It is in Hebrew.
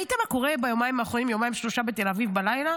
ראית מה קורה ביומיים-שלושה האחרונים בתל אביב בלילה?